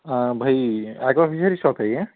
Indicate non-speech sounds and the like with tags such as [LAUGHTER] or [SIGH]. ہاں بھئی [UNINTELLIGIBLE] شاپ ہے یہ